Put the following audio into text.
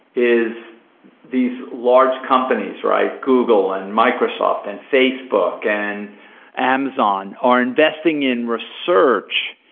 is these large companies, right? google and microsoft and facebook and amazon are investing in research,